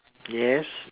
yes